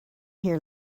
here